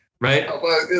Right